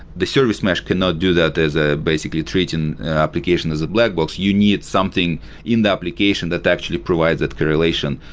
the service mesh cannot do that as ah basically treating an application as a black box. you need something in the application that actually provides that correlation,